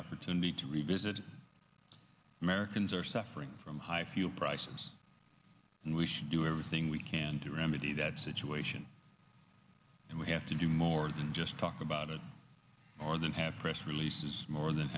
opportunity to revisit americans are suffering from high fuel prices and we should do everything we can to remedy that situation and we have to do more than just talk about it more than have press releases more than